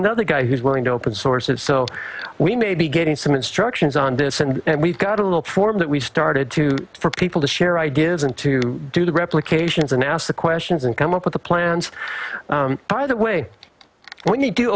another guy who's going to open source of so we may be getting some instructions on this and we've got a little form that we started to for people to share ideas and to do the replications and ask the questions and come up with the plans by the way whe